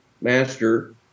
master